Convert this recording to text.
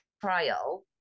trial